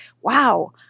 wow